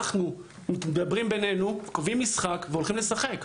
אנחנו מדברים בינינו, קובעים משחק, והולכים לשחק.